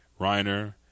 Reiner